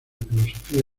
filosofía